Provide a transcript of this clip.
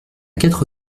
quatre